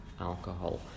alcohol